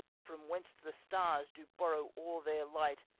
from whence the stars do borrow all their light,